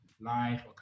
life